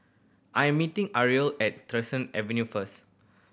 I am meeting Ariel at Avenue first